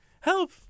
Help